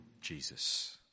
Jesus